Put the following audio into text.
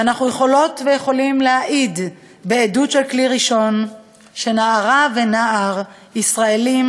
ואנחנו יכולות ויכולים להעיד בעדות של כלי ראשון שנערה ונער ישראלים